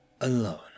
alone